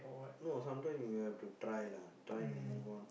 no sometime we have to try lah try to move on